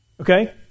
okay